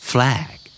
Flag